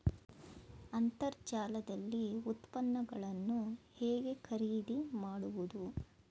ಅಂತರ್ಜಾಲದಲ್ಲಿ ಉತ್ಪನ್ನಗಳನ್ನು ಹೇಗೆ ಖರೀದಿ ಮಾಡುವುದು?